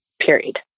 period